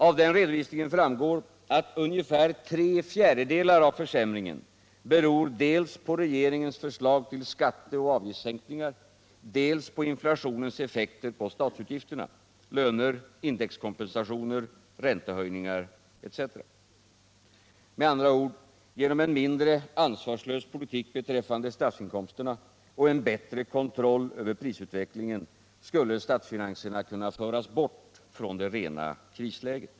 Av denna redovisning framgår att ungefär tre fjärdedelar av försämringen beror dels på regeringens förslag till skatteoch avgiftssänkningar, dels på inflationens effekter på statsutgifterna — löner, indexkompensationer, räntehöjningar etc. Med andra ord — genom en mindre ansvarslös politik beträffande statsinkomsterna och en bättre kontroll över prisutvecklingen skulle statsfinanserna kunna föras bort från det rena krisläget.